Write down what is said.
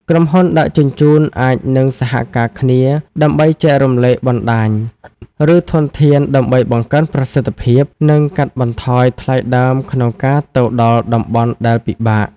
ក្រុមហ៊ុនដឹកជញ្ជូនអាចនឹងសហការគ្នាដើម្បីចែករំលែកបណ្តាញ ឬធនធាន ដើម្បីបង្កើនប្រសិទ្ធភាព និងកាត់បន្ថយថ្លៃដើមក្នុងការទៅដល់តំបន់ដែលពិបាក។